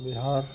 Bihar